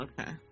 Okay